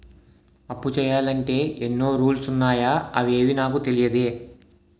అప్పు చెయ్యాలంటే ఎన్నో రూల్స్ ఉన్నాయా అవేవీ నాకు తెలీదే